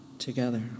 together